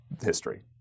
history